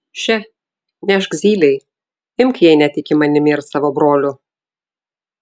še nešk zylei imk jei netiki manimi ir savo broliu